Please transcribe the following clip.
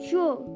Sure